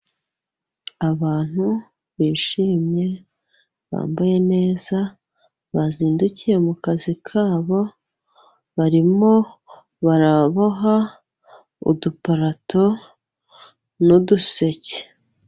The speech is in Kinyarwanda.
Abantu bishimye bambaye neza bazindukiye mu kazi kabo barimo baraboha uduparato n'uduseke.